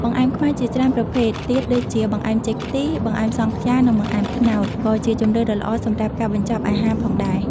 បង្អែមខ្មែរ ជាច្រើនប្រភេទទៀតដូចជា បង្អែមចេកខ្ទិះ បង្អែមសង់ខ្យានិងបង្អែមត្នោត ក៏ជាជម្រើសដ៏ល្អសម្រាប់ការបញ្ចប់អាហារផងដែរ